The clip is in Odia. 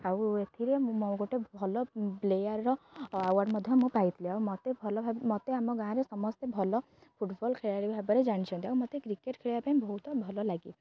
ଆଉ ଏଥିରେ ମୁଁ ମୋ ଗୋଟେ ଭଲ ପ୍ଲେୟାର୍ର ଆୱାର୍ଡ଼ ମଧ୍ୟ ମୁଁ ପାଇଥିଲି ଆଉ ମୋତେ ଭଲ ମୋତେ ଆମ ଗାଁରେ ସମସ୍ତେ ଭଲ ଫୁଟବଲ ଖେଳାଳି ଭାବରେ ଜାଣିଛନ୍ତି ଆଉ ମୋତେ କ୍ରିକେଟ ଖେଳିବା ପାଇଁ ବହୁତ ଭଲ ଲାଗେ